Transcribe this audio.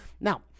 now